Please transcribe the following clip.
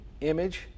image